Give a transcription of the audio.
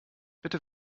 bitte